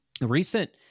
Recent